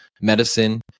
medicine